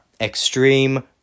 Extreme